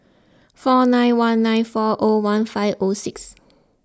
four nine one nine four O one five O six